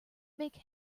make